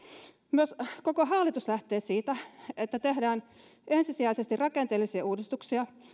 myös koko hallitus lähtee siitä että tehdään ensisijaisesti rakenteellisia uudistuksia